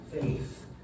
faith